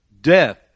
Death